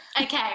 Okay